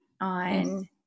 on